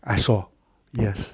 I saw yes